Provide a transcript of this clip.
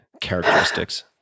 characteristics